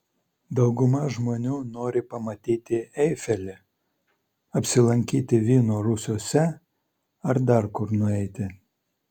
dauguma žmonių nori pamatyti eifelį apsilankyti vyno rūsiuose ar dar kur nueiti